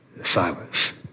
Silence